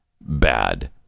bad